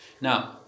Now